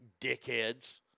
Dickheads